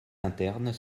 internes